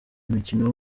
umukino